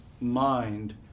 mind